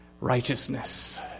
righteousness